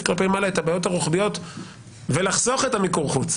כלפי מעלה את הבעיות הרוחביות ולחסוך את מיקור החוץ,